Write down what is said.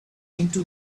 into